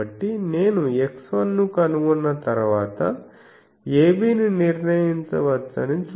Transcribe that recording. కాబట్టి నేను x1 ను కనుగొన్న తర్వాత a b ని నిర్ణయించవచ్చని చూడండి